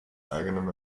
eigenem